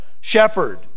Shepherd